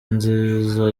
nziza